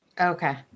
okay